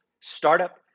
startup